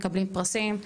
מקבלים פרסים.